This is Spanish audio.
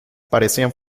parecían